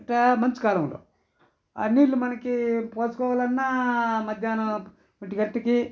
ఎట్టా మంచు కాలంలో ఆ నీళ్లు మనకి పోసుకోవాలన్న మధ్యాహ్నం ఒంటి గంటకి